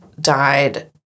died